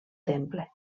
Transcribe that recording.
temple